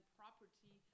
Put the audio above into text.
property